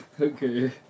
Okay